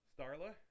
Starla